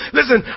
Listen